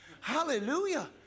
hallelujah